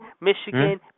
Michigan